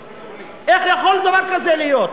איך יכול דבר כזה להיות?